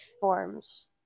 forms